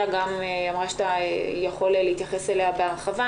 לנקרי גם אמרה שאתה יכול להתייחס אליה בהרחבה.